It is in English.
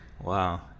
wow